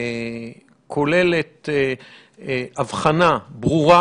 כוללת האבחנה ברורה